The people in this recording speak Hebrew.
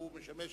שמשמש